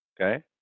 okay